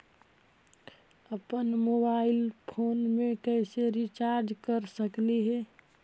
अप्पन mobile phone के कैसे रिचार्ज कर सकली हे?